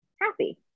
happy